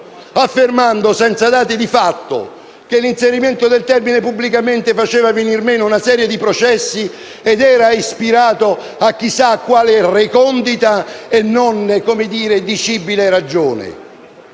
affermando senza dati di fatto che l'inserimento del termine «pubblicamente» faceva venir meno una serie di processi ed era ispirato a chissà quale recondita e non dicibile ragione.